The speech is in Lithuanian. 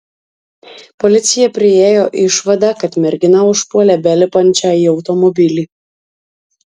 policija priėjo išvadą kad merginą užpuolė belipančią į automobilį